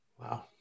Wow